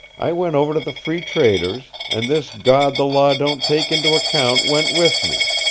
i went over to the free trader's, and this god the law don't take into account went with me,